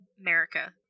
America